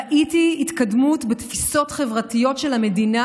ראיתי התקדמות בתפיסות חברתיות של המדינה,